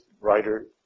writer